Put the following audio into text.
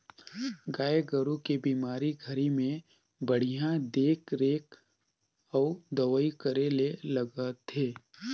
गाय गोरु के बेमारी घरी में बड़िहा देख रेख अउ दवई करे ले लगथे